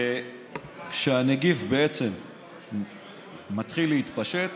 כשהנגיף בעצם מתחיל להתפשט